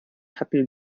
hatten